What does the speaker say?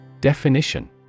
Definition